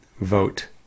Vote